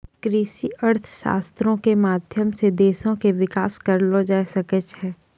कृषि अर्थशास्त्रो के माध्यम से देशो के विकास करलो जाय सकै छै